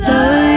Love